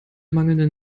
mangelnden